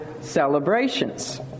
celebrations